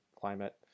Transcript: climate